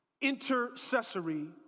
intercessory